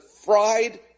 fried